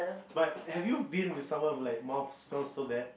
but have you been with someone who like mouth smells so bad